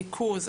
ריכוז,